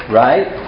right